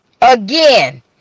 again